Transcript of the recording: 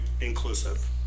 inclusive